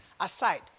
aside